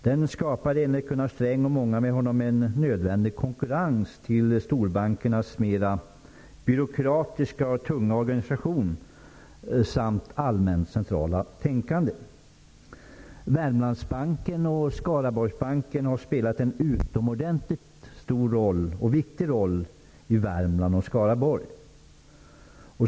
Den skapade, enligt Gunnar Sträng och många med honom, en nödvändig konkurrens till storbankernas mera byråkratiska och tunga organisation samt allmänt centrala tänkande. Wermlandsbanken och Skaraborgsbanken har spelat en utomordentligt stor och viktig roll i Värmland respektive Skaraborg.